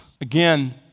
Again